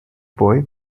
boy